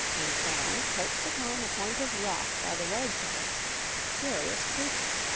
and found perched upon a point of rock by the roadside a curious creature.